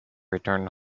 return